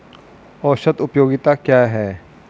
औसत उपयोगिता क्या है?